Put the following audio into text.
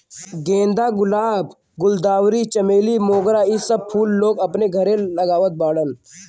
गेंदा, गुलाब, गुलदावरी, चमेली, मोगरा इ सब फूल लोग अपने घरे लगावत बाड़न